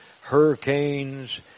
hurricanes